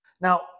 Now